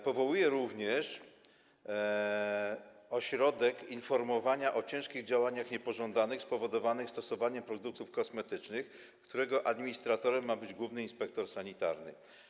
Powołuje również system informowania o ciężkich działaniach niepożądanych spowodowanych stosowaniem produktów kosmetycznych, którego administratorem ma być główny inspektor sanitarny.